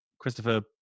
Christopher